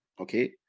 okay